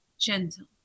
Gentle